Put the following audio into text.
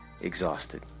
exhausted